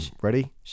Ready